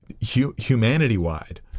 humanity-wide